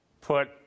put